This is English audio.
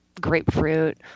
grapefruit